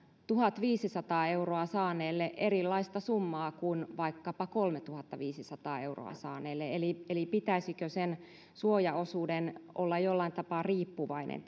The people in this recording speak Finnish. tuhatviisisataa euroa saaneelle erilaista summaa kuin vaikkapa kolmetuhattaviisisataa euroa saaneelle eli eli pitäisikö sen suojaosuuden olla jollain tapaa riippuvainen